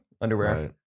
underwear